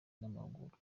n’amahugurwa